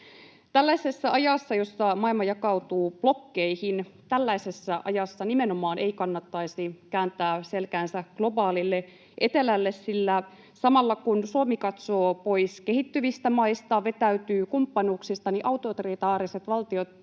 Tällaisessa ajassa, jossa maailma jakautuu blokkeihin, tällaisessa ajassa nimenomaan ei kannattaisi kääntää selkäänsä globaalille etelälle, sillä samalla kun Suomi katsoo pois kehittyvistä maista, vetäytyy kumppanuuksista, niin autoritaariset valtiot